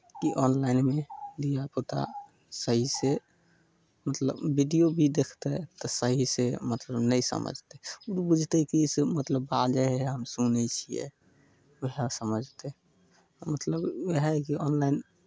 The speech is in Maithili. कि ऑनलाइनमे धियापुता सहीसँ मतलब वीडियो भी देखतै तऽ सहीसँ मतलब नहि समझतै ओ बुझतै कि से मतलब बाजै हइ आ हम सुनै छियै उएह समझतै मतलब उएह हइ कि ऑनलाइन